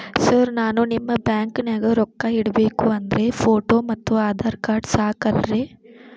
Sir ನಾನು ನಿಮ್ಮ ಬ್ಯಾಂಕನಾಗ ರೊಕ್ಕ ಇಡಬೇಕು ಅಂದ್ರೇ ಫೋಟೋ ಮತ್ತು ಆಧಾರ್ ಕಾರ್ಡ್ ಸಾಕ ಅಲ್ಲರೇ?